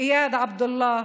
איאד עבדאללה,